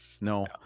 no